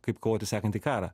kaip kovoti sekantį karą